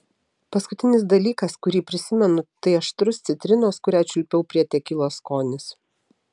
paskutinis dalykas kurį prisimenu tai aštrus citrinos kurią čiulpiau prie tekilos skonis